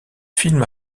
film